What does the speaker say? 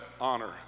honor